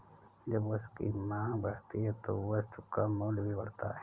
जब वस्तु की मांग बढ़ती है तो वस्तु का मूल्य भी बढ़ता है